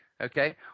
Okay